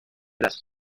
las